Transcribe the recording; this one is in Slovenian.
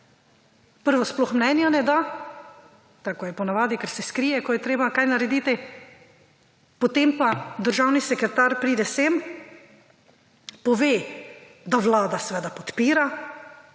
prvo sploh mnenja ne da tako kot po navadi, ker se skrije, ko je treba kaj narediti, potem pa državni sekretar pride sem, pove, da Vlada podpira